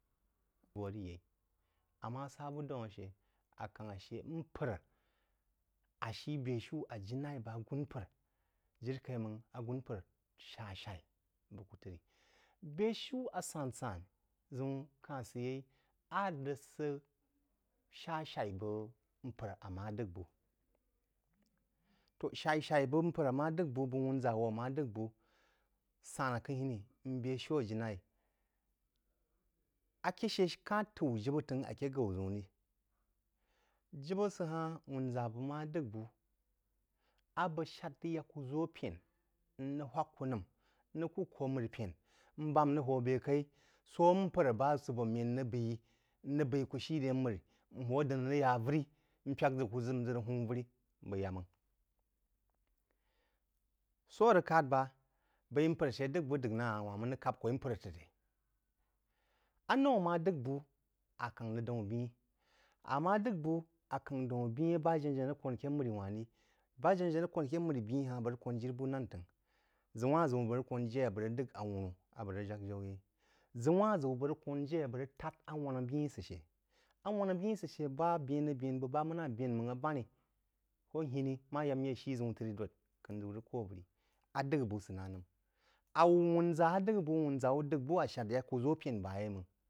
ammá sá bú daún ashə mpər á slú bē shiú ají-laí bəg agūn’mpər jiri kaí mang agūn mpər sha-sha’í bú wú tri bē-shiú a san-san ʒəun ka-hn səyeí a rəg sə shá-sha’í bəg agún’mpər a ma d’əgh bú. To̍, shá-shá-í bəg mpər ammá d’əgh bú bəg wūnʒawu, ammá d’əgh bú san akhə-hiní n bē shiú aji laí. Akē shə kán h tú jibə t’əngh aké gaú ʒau ri. Jibə sə ha-hn wūnzá bəg má d’əgh bú, a bəg shád rəg yá kú ʒō pə-n, n rəg hwak’ku̍ nəm, n rəg ku̍ kō a məri pən, n bəem rəg hō bá bē kaí sō mpər ba sə bō mēn rəg bē, n rəg yá avərī, n pyák ʒa’ku n ʒə rəg hūm vərí bəg yá máng ʒə’ku n ʒə rəg hūm vərí bəg yá máng. Sō a rəg kād ba, baī mpər shə d’əgh bō d’əgh ná wān mēn rəg kāp kwaī mpər trí ré? Anōu a ma d’algh bú a ká-hn rəg daun byi, akáng daun byí bá ba-jana-janá rəg kōn aké mərí wān rī. Bá-janájaná rəg kōn akē məri byí-ha-n bəg rəg kōn jirí bú nān t’əngh. Ʒəun-wán-ʒəun bəg rəg kōn jé á bəg rəg d’əgh awuní a bəg rəg jak jaú yeí, ʒəun-wān-ʒəun bəg rəg kōn jé bəg rəg tād awana-byí asə shə, awana-byi asə shə ba bēn-rəg-bēn bəg ba mana bēn mang, abaní kō hiní ma ya myé shí ʒəun trí dōd, kyən ʒəun rəg kō vərí, a d’gha-bo sə ná nəm. Ā wū wūnʒa a dꞌgha-bo wun ʒawú d’gha bō a shād ya ku ʒō pən bā máng